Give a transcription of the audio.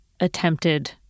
Attempted